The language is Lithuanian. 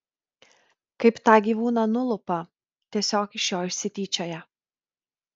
kaip tą gyvūną nulupa tiesiog iš jo išsityčioja